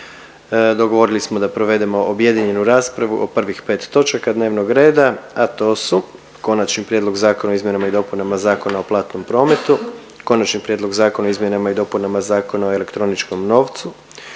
Dogovorili smo da provedemo objedinjenu raspravu o prvih 5 točaka dnevnog reda, a to su. - Konačni prijedlog zakona o izmjenama i dopunama Zakona o platnom prometu, - Konačni prijedlog zakona o izmjenama i dopunama Zakona o elektroničkom novcu,